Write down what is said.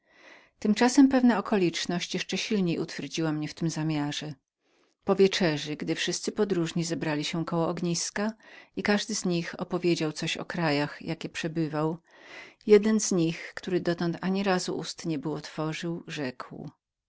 tymczasem pewna okoliczność jeszcze silniej utwierdziła mnie w tym zamiarze powieczerzy gdy wszyscy podróżni zebrali się koło ogniska i każdy z nich opowiedział coś o krajach jakie przebywał jeden z nich który dotąd ani razu ust niebył otworzył rzekł